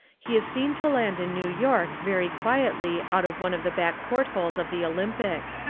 he is seen to land in new york very quietly out of one of the back portholes of the olympic.